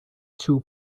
two